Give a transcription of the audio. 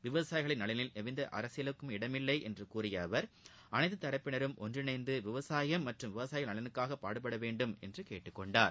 விவசாயிகள் நலனில் எவ்வித அரசியலுக்கும் இடமில்லை என்று கூறிய அவர் அனைத்து தரப்பினரும் ஒன்றிணைந்து விவசாயம் மற்றும் விவசாயிகள் நலனுக்காக பாடுபடவேன்டும் என்று கேட்டுக்கொண்டார்